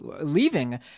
leaving